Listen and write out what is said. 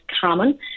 common